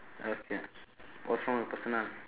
okay what's wrong with personal